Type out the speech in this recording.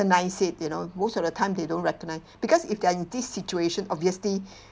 recognise it you know most of the time they don't recognise because if they're in this situation obviously